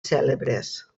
cèlebres